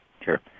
Sure